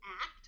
act